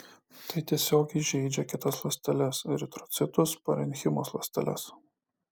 tai tiesiogiai žeidžia kitas ląsteles eritrocitus parenchimos ląsteles